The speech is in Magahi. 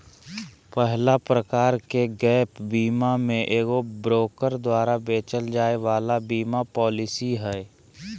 पहला प्रकार के गैप बीमा मे एगो ब्रोकर द्वारा बेचल जाय वाला बीमा पालिसी हय